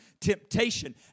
temptation